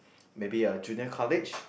maybe a Junior College